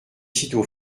sitôt